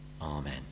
Amen